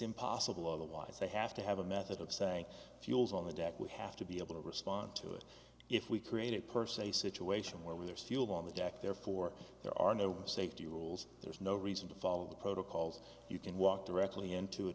impossible otherwise they have to have a method of saying fuel is on the deck we have to be able to respond to it if we create a person a situation where we're still on the deck therefore there are no safety rules there's no reason to follow the protocols you can walk directly into it